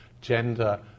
gender